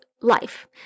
life